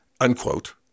unquote